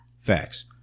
Facts